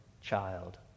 child